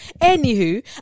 anywho